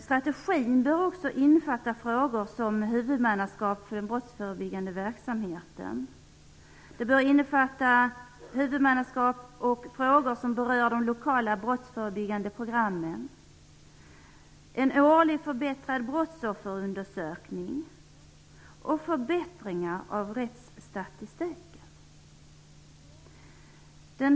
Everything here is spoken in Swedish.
Strategin bör också innefatta frågor som huvudmannaskap för den brottsförebyggande verksamheten, huvudmannaskap för frågor som rör de lokala brottsförebyggande programmen, en årlig och förbättrad brottsofferundersökning och förbättringar av rättsstatistiken.